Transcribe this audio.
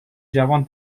جوان